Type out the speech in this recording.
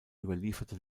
überlieferte